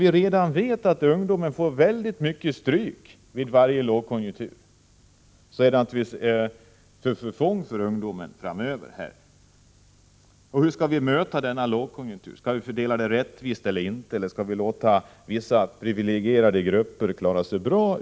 Vi vet också att det är ungdomen som drabbas hårdast vid varje lågkonjunktur. Hur skall vi möta den kommande lågkonjunkturen? Skall bördorna bäras lika, eller skall vi låta vissa privilegierade grupper klara sig bra?